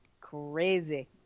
crazy